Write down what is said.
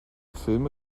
filme